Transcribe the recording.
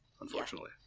unfortunately